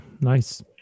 nice